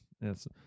Yes